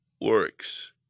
works